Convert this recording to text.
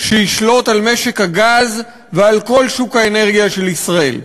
שישלוט על משק הגז ועל כל שוק האנרגיה של ישראל.